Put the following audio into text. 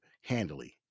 handily